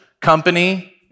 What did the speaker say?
company